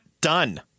done